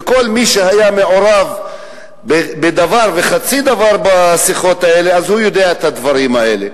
וכל מי שהיה מעורב בדבר וחצי דבר בשיחות האלה יודע את הדברים האלה.